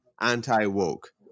Anti-Woke